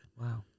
Wow